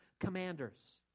commanders